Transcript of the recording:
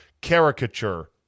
caricature